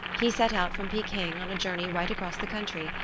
he set out from peking on a journey right across the country,